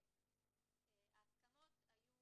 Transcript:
ההסכמות היו